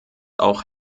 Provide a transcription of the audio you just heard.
auch